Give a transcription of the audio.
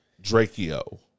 Draco